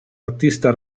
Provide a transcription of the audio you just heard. artista